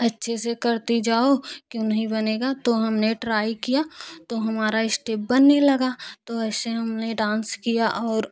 अच्छे से करती जाओ क्यों नहीं बनेगा तो हमने ट्राई किया हमारा स्टेप बनने लगा तो ऐसे हमने डांस किया और